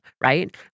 right